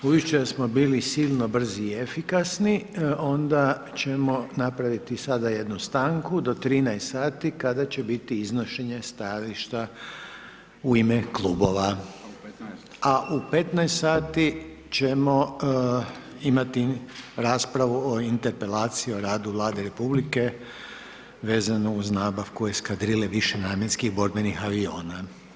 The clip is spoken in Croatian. Budući da smo bili silno brzi i efikasni onda ćemo napraviti sada jednu stanku do 13 sati kada će biti iznošenje stajališta u ime klubova, a u 15 sati ćemo imati raspravu o Interpelaciji o radu Vlade Republike vezano uz nabavku eskadrile višenamjenskih borbenih aviona.